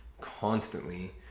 constantly